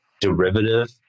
derivative